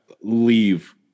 leave